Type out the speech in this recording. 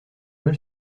mal